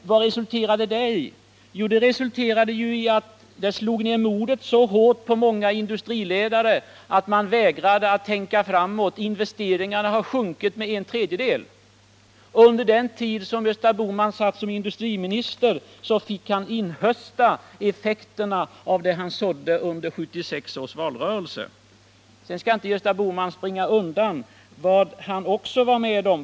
Vad resulterade det i? Jo, det slog ned modet så hårt på många industriledare att de vägrade ett tänka framåt. Investeringarna har minskat med en tredjedel. Under den tid som Gösta Bohman var ekonomiminister fick han inhösta effekterna av vad han sådde under 1976 års valrörelse. Gösta Bohman skall inte springa undan vad han också var med om.